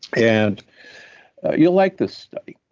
and you'll like this study.